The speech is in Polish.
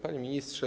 Panie Ministrze!